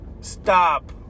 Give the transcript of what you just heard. stop